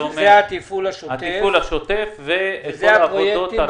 זה אומר התפעול השוטף ועבודות על ההר.